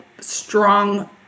strong